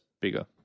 bigger